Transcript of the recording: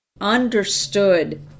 understood